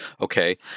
okay